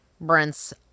Brent's